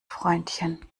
freundchen